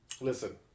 Listen